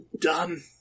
done